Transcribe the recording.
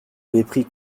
mépris